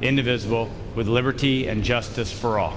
indivisible with liberty and justice for all